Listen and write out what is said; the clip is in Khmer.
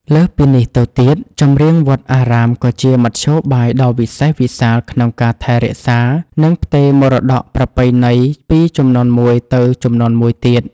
លើសពីនេះទៅទៀត ចម្រៀងវត្តអារាមក៏ជាមធ្យោបាយដ៏វិសេសវិសាលក្នុងការថែរក្សា និងផ្ទេរមរតកប្រពៃណីពីជំនាន់មួយទៅជំនាន់មួយទៀត។